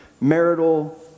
marital